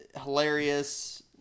hilarious